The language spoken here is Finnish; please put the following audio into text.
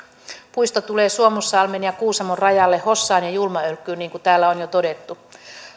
puisto tulee suomussalmen ja kuusamon rajalle hossaan ja julmaan ölkkyyn niin kuin täällä on jo todettu